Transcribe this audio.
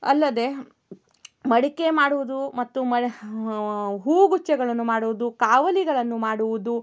ಅಲ್ಲದೇ ಮಡಿಕೆ ಮಾಡುವುದು ಮತ್ತು ಹೂಗುಚ್ಚಗಳನ್ನು ಮಾಡುವುದು ಕಾವಲಿಗಳನ್ನು ಮಾಡುವುದು